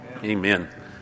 Amen